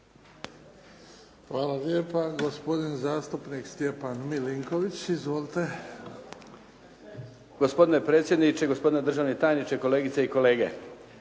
Hvala lijepa. Gospodin zastupnik Stjepan Milinković. Izvolite. **Milinković, Stjepan (HDZ)** Gospodine predsjedniče, gospodine državni tajniče, kolegice i kolege.